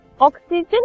oxygen